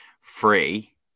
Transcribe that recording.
free